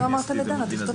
הצבעה לא אושרה.